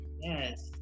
Yes